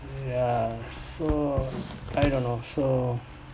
ya so I don't know so